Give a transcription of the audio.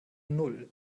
null